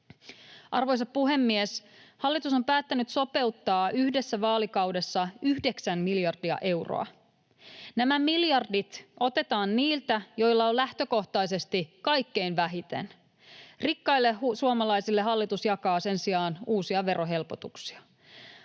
Arvoisa puhemies! Hallitus on päättänyt sopeuttaa yhdessä vaalikaudessa 9 miljardia euroa. Nämä miljardit otetaan niiltä, joilla on lähtökohtaisesti kaikkein vähiten. Rikkaille suomalaisille hallitus jakaa sen sijaan uusia verohelpotuksia.